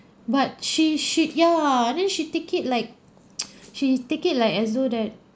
but she she ya and then she take it like she take it like as so that